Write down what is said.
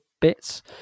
bits